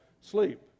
sleep